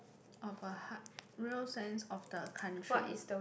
of a heart real sense of the country